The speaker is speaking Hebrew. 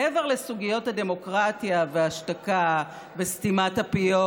מעבר לסוגיות הדמוקרטיה וההשתקה וסתימת הפיות,